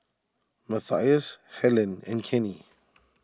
Matthias Helyn and Kenny